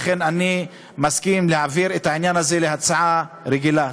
לכן אני מסכים להעביר את העניין הזה להצעה רגילה.